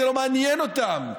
זה לא מעניין אותם.